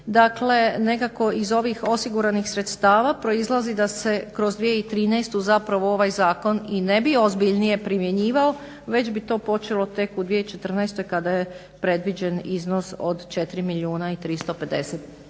Dakle, nekako iz ovih osiguranih sredstava proizlazi da se kroz 2013. zapravo ovaj zakon i ne bi ozbiljnije primjenjivao već bi to počelo tek u 2014. kada je predviđen iznos od 4 milijuna i 350 tisuća